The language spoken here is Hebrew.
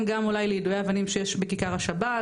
גם אולי ליידויי אבנים שיש בכיכר השבת,